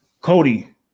Cody